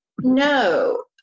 No